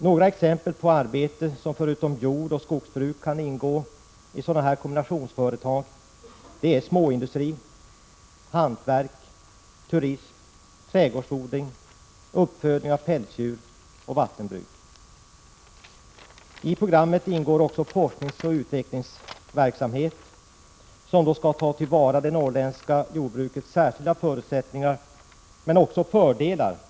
Några exempel på arbete som, förutom jordoch skogsbruk, kan ingå i sådana kombinationsföretag, är småindustri, hantverk, turism, trädgårdsodling, uppfödning av pälsdjur och vattenbruk. I programmet ingår också forskningsoch utvecklingsverksamhet som skall ta till vara det norrländska jordbrukets särskilda förutsättningar och fördelar.